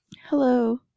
Hello